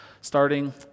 starting